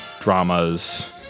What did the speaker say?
dramas